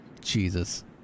Jesus